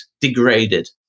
degraded